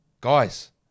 Guys